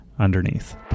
underneath